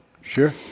Sure